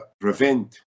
prevent